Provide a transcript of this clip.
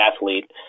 athlete